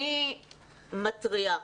אני מתריעה,